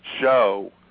show